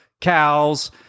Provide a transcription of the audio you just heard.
cows